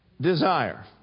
desire